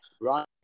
right